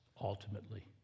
ultimately